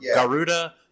Garuda